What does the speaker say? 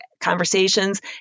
conversations